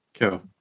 Cool